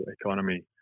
economy